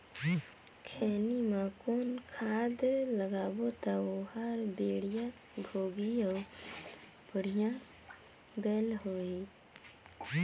खैनी मा कौन खाद लगाबो ता ओहार बेडिया भोगही अउ बढ़िया बैल होही?